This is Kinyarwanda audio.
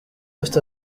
afite